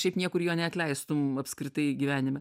šiaip niekur jo neatleistum apskritai gyvenime